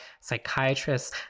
psychiatrists